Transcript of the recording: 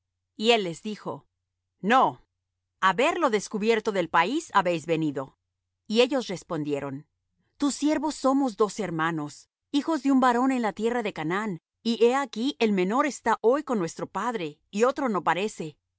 y él les dijo no á ver lo descubierto del país habéis venido y ellos respondieron tus siervos somos doce hermanos hijos de un varón en la tierra de canaán y he aquí el menor está hoy con nuestro padre y otro no parece